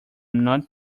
not